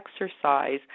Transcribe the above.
exercise